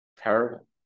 Terrible